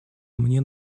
мне